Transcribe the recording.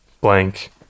blank